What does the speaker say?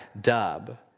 Dub